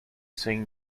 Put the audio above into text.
sing